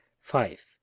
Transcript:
Five